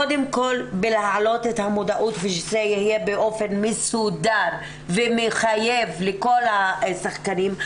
קודם כל בלהעלות את המודעות ושזה יהיה באופן מסודר ומחייב לכל השחקנים.